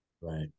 Right